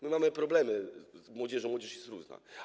Mamy problemy z młodzieżą, młodzież jest różna.